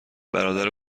برادر